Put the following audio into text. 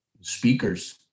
Speakers